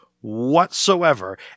whatsoever